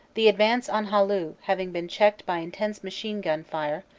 the advance on hallu having been checked by intense machine-gun fire,